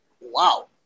Wow